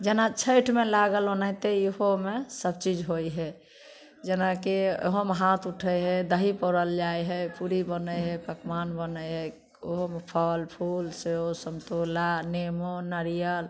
जेना छठिमे लागल ओनाहिते इहोमे सबचीज होइत है जेनाकी ओहोमे हाथ उठै है दही पौरल जाइ है पूरी बनै है पकवान बनै है ओहोमे फल फूल सेव समतोला नेमो नरियल